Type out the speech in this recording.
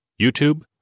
YouTube